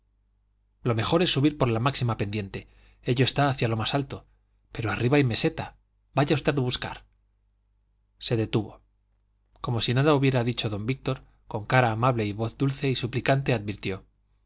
mejor es subir por la máxima pendiente ello está hacia lo más alto pero arriba hay meseta vaya usted a buscar se detuvo como si nada hubiera dicho don víctor con cara amable y voz dulce y suplicante advirtió